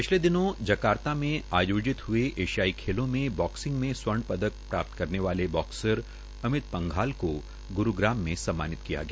पिछले दिनो जकार्ता में आयोजित हए एशियाई खेलों में बॉकसिंग में स्वर्ण पदक प्राप्त् करने वाले बाक्सर अमित पंघाल को ग्रूग्रम में सम्मानित किया गया